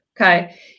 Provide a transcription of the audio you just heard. Okay